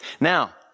Now